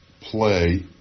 play